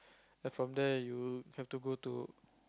then from there you have to go to